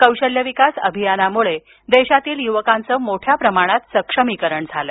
कौशल्य विकास अभियानामुळे देशातील युवकांच मोठ्या प्रमाणात सक्षमीकरण झालं